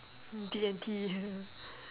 D&T ya